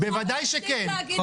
תפסיק להגיד --- בוודאי שכן,